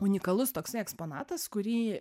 unikalus toksai eksponatas kurį